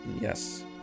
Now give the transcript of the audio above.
yes